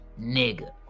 nigga